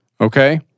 Okay